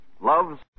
Love's